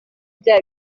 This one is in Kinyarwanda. bya